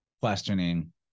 questioning